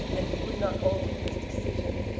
and he would not alter his decision.